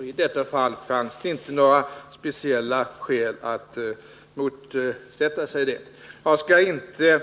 I detta fall fanns det inte några speciella skäl att motsätta sig försäljningen. Jag skall inte